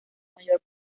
mayor